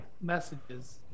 messages